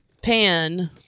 Pan